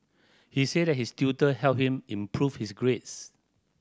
he said his tutor helped him improve his grades